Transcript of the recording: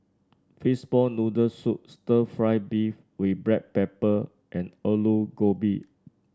Fishball Noodle Soup stir fry beef with Black Pepper and Aloo Gobi